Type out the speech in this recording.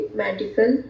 medical